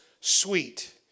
sweet